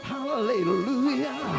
Hallelujah